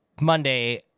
Monday